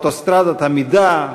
אוטוסטרדת המידע,